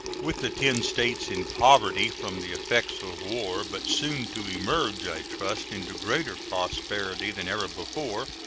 with the ten states in poverty from the effects of war, but soon to emerge, i trust, into greater prosperity than ever before,